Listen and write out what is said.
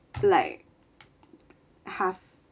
like half